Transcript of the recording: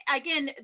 again